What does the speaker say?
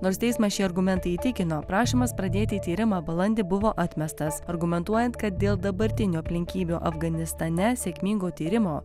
nors teismą šie argumentai įtikino prašymas pradėti tyrimą balandį buvo atmestas argumentuojant kad dėl dabartinių aplinkybių afganistane sėkmingo tyrimo